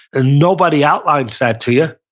and nobody outlines that to you.